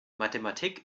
mathematik